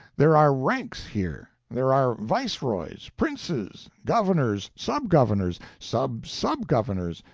there are ranks, here. there are viceroys, princes, governors, sub-governors, sub-sub-governors,